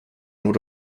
would